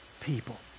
people